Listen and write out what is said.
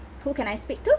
who can I speak to